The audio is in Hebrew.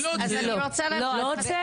לא הוצאת?